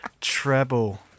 Treble